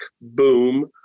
boom